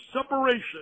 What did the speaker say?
separation